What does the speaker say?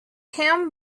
him